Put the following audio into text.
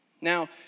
Now